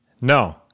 No